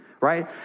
right